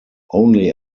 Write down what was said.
only